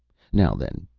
now, then,